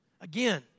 Again